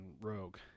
rogue